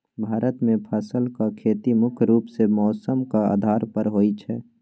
भारत मे फसलक खेती मुख्य रूप सँ मौसमक आधार पर होइ छै